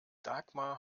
dagmar